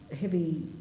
heavy